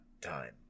time